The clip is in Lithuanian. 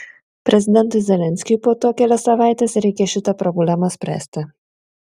prezidentui zelenskiui po to kelias savaites reikia šitą problemą spręsti